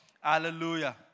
Hallelujah